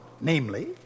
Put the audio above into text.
namely